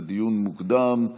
לדיון מוקדם,